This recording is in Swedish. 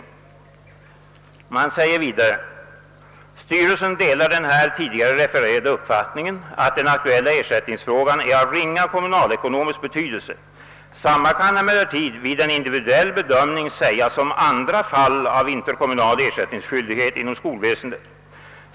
Man anför vidare: »Styrelsen delar den här tidigare refererade uppfattningen att den aktuella ersälttningsfrågan är av ringa kommunalekonomisk betydelse. Samma kan emellertid vid en individuell bedömning sägas om andra fall av interkommunal ersättningsskyldighet inom skolväsendet.